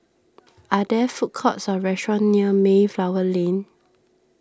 are there food courts or restaurants near Mayflower Lane